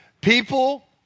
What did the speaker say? People